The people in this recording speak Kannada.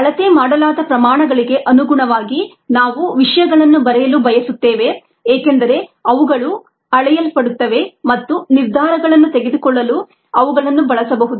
ಅಳತೆ ಮಾಡಲಾದ ಪ್ರಮಾಣಗಳಿಗೆ ಅನುಗುಣವಾಗಿ ನಾವು ವಿಷಯಗಳನ್ನು ಬರೆಯಲು ಬಯಸುತ್ತೇವೆ ಏಕೆಂದರೆ ಅವುಗಳು ಅಳೆಯಲ್ಪಡುತ್ತವೆ ಮತ್ತು ನಿರ್ಧಾರಗಳನ್ನು ತೆಗೆದುಕೊಳ್ಳಲು ಅವುಗಳನ್ನು ಬಳಸಬಹುದು